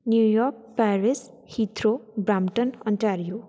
New York Paris heathrow Brampton Ontario